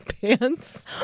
pants